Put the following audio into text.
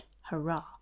Hurrah